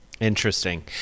Interesting